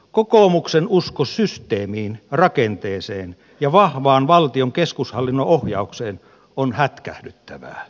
kokoomuksen usko systeemiin rakenteeseen ja vahvaan valtion keskushallinnon ohjaukseen on hätkähdyttävää